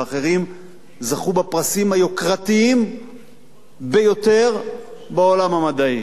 ואחרים זכו בפרסים היוקרתיים ביותר בעולם המדעי.